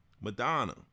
Madonna